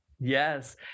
Yes